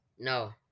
No